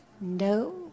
No